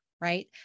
right